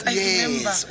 yes